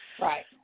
right